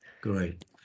great